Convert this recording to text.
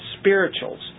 spirituals